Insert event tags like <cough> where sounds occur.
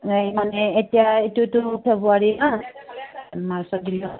এই মানে এতিয়া এইটোটো ফেব্ৰুৱাৰী ন মাৰ্চত দিলে <unintelligible>